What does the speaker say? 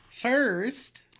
first